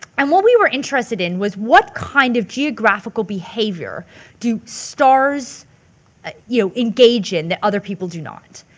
and what we were interested in was what kind of geographical behavior do stars ah you know engage in that other people do not?